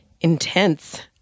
intense